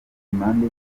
impande